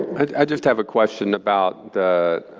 i just have a question about the